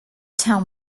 town